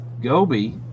Gobi